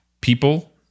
people